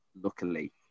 luckily